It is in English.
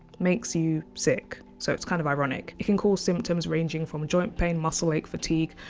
makes you sick. so it's kind of ironic, it can cause symptoms ranging from joint pain, muscle ache, fatigue,